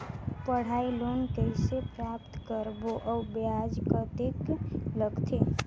पढ़ाई लोन कइसे प्राप्त करबो अउ ब्याज कतेक लगथे?